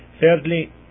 Thirdly